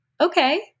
okay